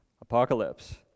Apocalypse